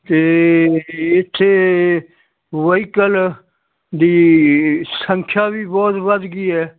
ਅਤੇ ਇੱਥੇ ਵਹੀਕਲ ਦੀ ਸੰਖਿਆ ਵੀ ਬਹੁਤ ਵੱਧ ਗਈ ਹੈ